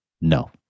no